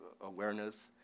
awareness